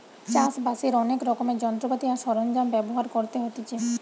চাষ বাসের অনেক রকমের যন্ত্রপাতি আর সরঞ্জাম ব্যবহার করতে হতিছে